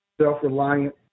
self-reliant